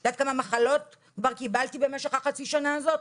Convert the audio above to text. את יודעת כמה מחלות כבר קיבלתי במשך החצי שנה הזאת?